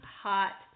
hot